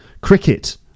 Cricket